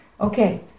Okay